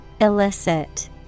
Illicit